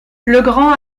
legrand